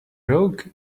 rogue